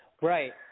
Right